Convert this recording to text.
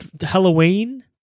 Halloween